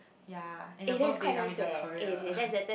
ya and your birthday I will be in the Korea